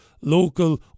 local